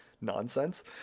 nonsense